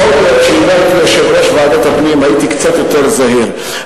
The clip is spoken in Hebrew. יכול להיות שאם לא הייתי יושב-ראש ועדת הפנים הייתי קצת יותר זהיר.